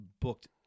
booked